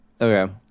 Okay